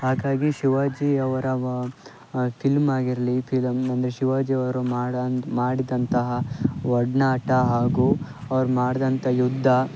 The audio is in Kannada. ಹಾಗಾಗಿ ಶಿವಾಜಿ ಅವರ ವಾ ಫಿಲ್ಮ್ ಆಗಿರಲಿ ಫಿಲಮ್ ಅಂದರೆ ಶಿವಾಜಿಯವರು ಮಾಡ್ದಂಥ ಮಾಡಿದಂತಹ ಒಡನಾಟ ಹಾಗೂ ಅವ್ರು ಮಾಡಿದಂಥ ಯುದ್ಧ